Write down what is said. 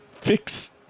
fix